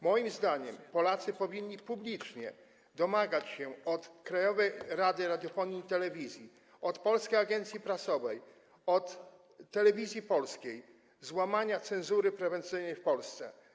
Moim zdaniem Polacy powinni publicznie domagać się od Krajowej Rady Radiofonii i Telewizji, od Polskiej Agencji Prasowej, od Telewizji Polskiej złamania cenzury prewencyjnej w Polsce.